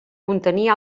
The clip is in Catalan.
contenir